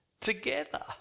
together